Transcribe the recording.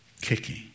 kicking